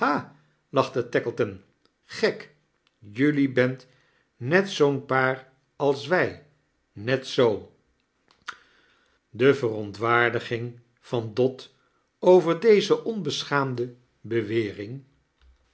lachte taokleton gek julldie berat net zoo'n paar als wij net zoo de verontwaardiging van dot over deze onbesohaamde bewering